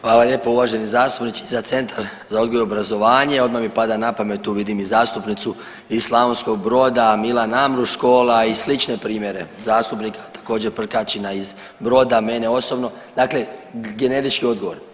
Hvala lijepo uvaženi zastupniče, za Centar za odgoj i obrazovanje, odmah mi pada na pamet, tu vidim i zastupnicu iz Slavonskog Broda, Milan Amruš škola i slične primjere zastupnika također, Prkačina iz Broda, mene osobno, dakle, generički odgovor.